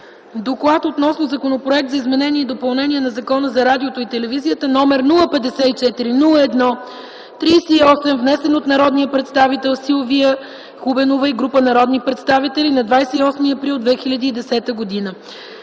„ДОКЛАД относно Законопроект за изменение и допълнение на Закона за радиото и телевизията, № 054-01-38, внесен от народния представител Силвия Хубенова и група народни представители на 28.04.2010 г.